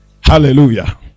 Hallelujah